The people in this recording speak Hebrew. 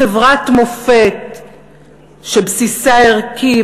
חברת מופת שבסיסה ערכי,